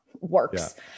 works